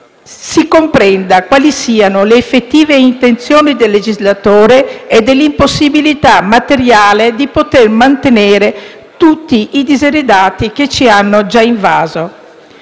si comprenda quali siano le effettive intenzioni del legislatore e l'impossibilità materiale di poter mantenere tutti i diseredati che ci hanno già invaso.